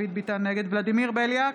ולדימיר בליאק,